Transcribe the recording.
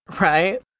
Right